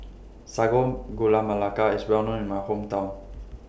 Sago Gula Melaka IS Well known in My Hometown